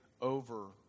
over